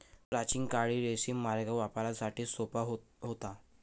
प्राचीन काळी रेशीम मार्ग व्यापारासाठी सोपा होता